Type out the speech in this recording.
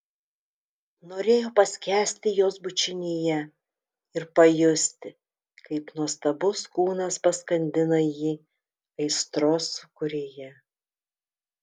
norėjo paskęsti jos bučinyje ir pajusti kaip nuostabus kūnas paskandina jį aistros sūkuryje